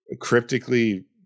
cryptically